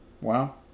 Wow